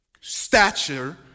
stature